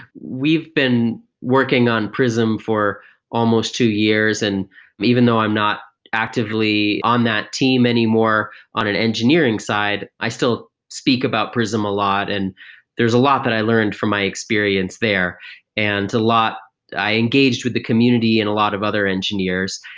we've been working on prism for almost two years and even though i'm not actively on that team anymore on an engineering side i still speak about prism a lot, and there's a lot that i learned from my experience there and a lot i engaged with the community and a lot of other engineers.